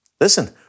listen